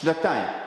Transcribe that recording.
שנתיים וחצי.